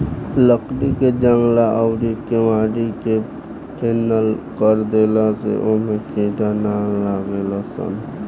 लकड़ी के जंगला अउरी केवाड़ी के पेंनट कर देला से ओमे कीड़ा ना लागेलसन